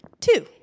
Two